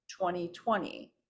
2020